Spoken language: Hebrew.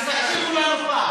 תקשיבו לנו פעם.